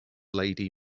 lady